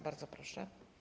Bardzo proszę.